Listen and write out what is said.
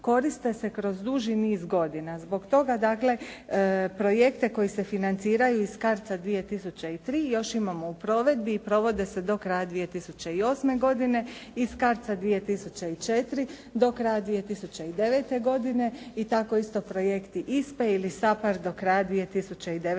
koriste se kroz duži niz godina. Zbog toga dakle projekte koji se financiraju iz CARDS-a 2003 još imamo u provedbi i provode se do kraja 2008. godine iz CARDS-a 2004 do kraja 2009. godine i tako isto projekti ISPA-e ili SAPARD do kraja 2009. godine.